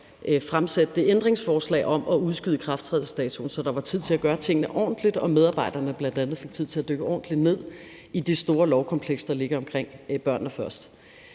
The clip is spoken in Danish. fremsætte det ændringsforslag om at udskyde ikrafttrædelsesdatoen, så der var tid til at gøre tingene ordentligt og medarbejderne bl.a. fik tid til at dykke ordentligt ned i det store lovkompleks, der ligger omkring »Børnene Først«.